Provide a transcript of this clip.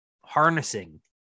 harnessing